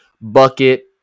bucket